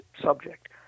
subject